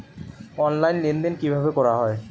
Online লেনদেন কিভাবে করা হয়?